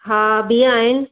हा बीह आहिनि